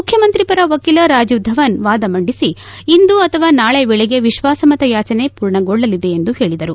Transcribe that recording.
ಮುಖ್ಯಮಂತ್ರಿ ಪರ ವಕೀಲ ರಾಜೀವ್ ಧವನ್ ವಾದ ಮಂಡಿಸಿ ಇಂದು ಅಥವಾ ನಾಳೆ ವೇಳೆಗೆ ವಿಶ್ವಾಸಮತ ಯಾಚನೆ ಪೂರ್ಣಗೊಳ್ಳಲಿದೆ ಎಂದು ಹೇಳಿದರು